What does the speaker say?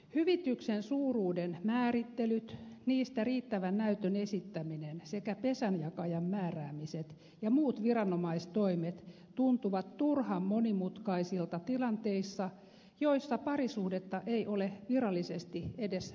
hyvityksen suuruuden määrittelyt niistä riittävän näytön esittäminen sekä pesänjakajan määräämiset ja muut viranomaistoimet tuntuvat turhan monimutkaisilta tilanteissa joissa parisuhdetta ei ole virallisesti edes solmittu